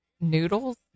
Noodles